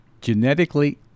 genetically